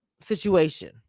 situation